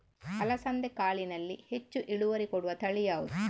ಅಲಸಂದೆ ಕಾಳಿನಲ್ಲಿ ಹೆಚ್ಚು ಇಳುವರಿ ಕೊಡುವ ತಳಿ ಯಾವುದು?